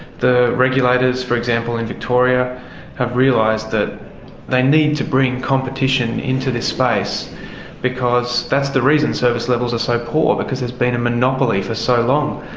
the regulators, for example, in victoria have realised that they need to bring competition into this space because that's the reason service levels are so poor because there has been a monopoly for so long.